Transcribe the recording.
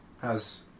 How's